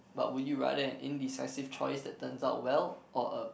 but would you rather an indecisive choice that turns out well or a